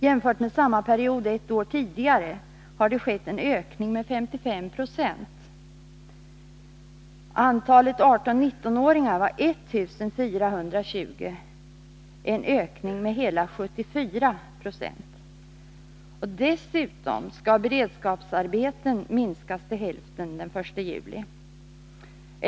Jämfört med samma period ett år tidigare har det skett en ökning med 55 926. Antalet 18-19-åringar var 1420 — en ökning med hela 74 96. Dessutom skall beredskapsarbetena minskas till hälften den 1 juli.